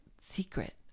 secret